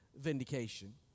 vindication